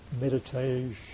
meditation